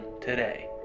today